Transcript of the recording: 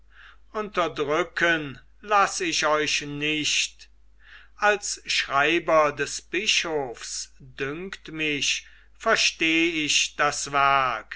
unterdrücken laß ich euch nicht als schreiber des bischofs dünkt mich versteh ich das werk